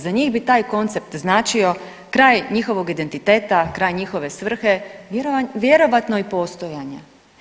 Za njih bi taj koncept značio kraj njihovog identiteta, kraj njihove svrhe vjerojatno i postojanja.